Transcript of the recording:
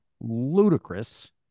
ludicrous